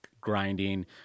grinding